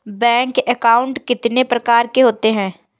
Bank account कितने प्रकार के होते हैं?